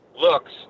looks